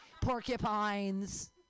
porcupines